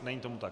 Není tomu tak.